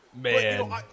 Man